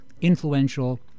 influential